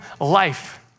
life